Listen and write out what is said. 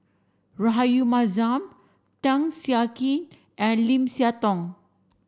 Rahayu Mahzam Tan Siah Kwee and Lim Siah Tong